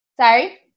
Sorry